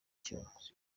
icyuma